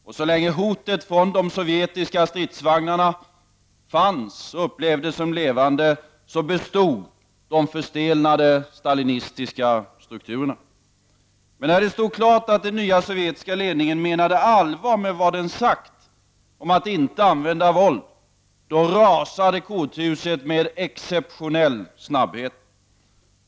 Och så länge hotet från de sovjetiska stridsvagnarna upplevdes som verkligt bestod de förstelnade stalinistiska strukturerna. Men när det stod klart att den nya sovjetiska ledningen menade allvar med vad den sagt om att inte använda våld, rasade korthuset med exceptionell snabbhet.